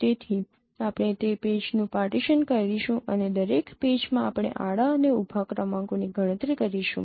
તેથી આપણે તે પેચનું પાર્ટીશન કરીશું અને દરેક પેચમાં આપણે આડા અને ઊભા ક્રમાંકોની ગણતરી કરીશું